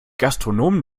gastronomen